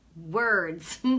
Words